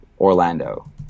Orlando